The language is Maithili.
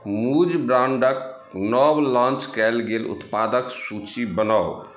मूज ब्रांडक नव लॉन्च कयल गेल उत्पादक सूची बनाउ